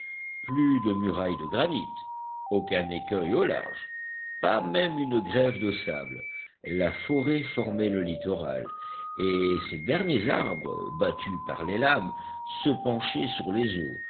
plus de muraille de granit aucun écueil au large pas même une grève de sable la forêt formait le littoral et ses derniers arbres battus par les lames se penchaient sur les eaux